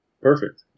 Perfect